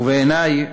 ובעיני,